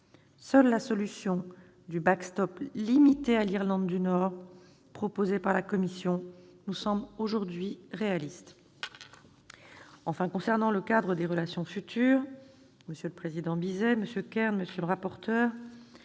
Seule la solution du limité à l'Irlande du Nord, proposée par la Commission, nous semble aujourd'hui réaliste. Enfin, concernant le cadre des relations futures, monsieur le président Bizet, monsieur le rapporteur,